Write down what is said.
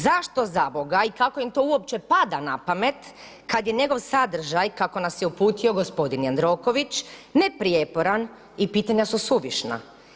Zašto zaboga i kako im to pada na pamet kad je njegov sadržaj kako nas je uputio gospodin Jandroković neprijeporan i pitanja su suvišna?